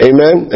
Amen